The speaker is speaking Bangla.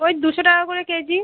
ওই দুশো টাকা করে কেজি